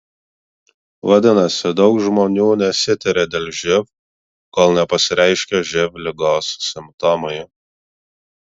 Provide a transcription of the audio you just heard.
vadinasi daug žmonių nesitiria dėl živ kol nepasireiškia živ ligos simptomai